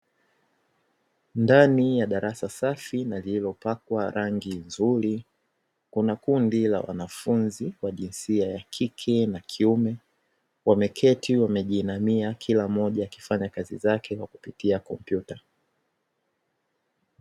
Ndani ya darasa safi na lililopakwa rangi nzuri, kuna kundi la wanafunzi wa jinsia ya kike na kiume, wameketi wamejiinamia, kila mmoja akifanya kazi zake kwa kupitia kompyuta.